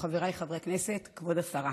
חברת הכנסת לזימי.